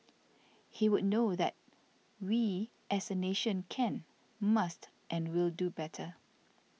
he would know that we as a nation can must and will do better